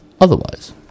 otherwise